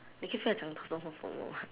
你可以不要讲到那么 formal mah